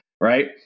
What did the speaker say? Right